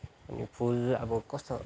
अनि फुल अब कस्तो